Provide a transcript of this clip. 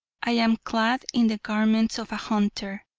i am clad in the garments of a hunter,